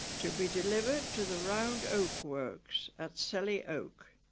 to be delivered to the round oak works at selly oak